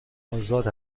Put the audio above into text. آزاد